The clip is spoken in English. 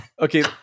Okay